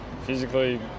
Physically